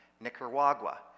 Nicaragua